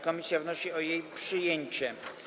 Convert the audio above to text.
Komisja wnosi o jej przyjęcie.